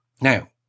Now